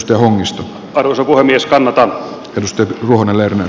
tuomisto on osa puhemies kannata repiä uudelleen